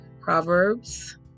Proverbs